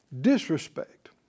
disrespect